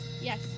Yes